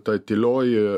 ta tylioji